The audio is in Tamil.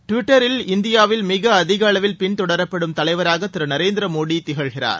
டுவிட்டரில் இந்தியாவில் மிக அதிகஅளவில் பின்தொடரப்படும் தலைவராக திரு நரேந்திர மோடி திகழ்கிறார்